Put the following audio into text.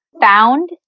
found